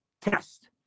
Test